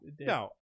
no